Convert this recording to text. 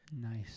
Nice